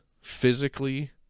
physically